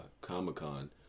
Comic-Con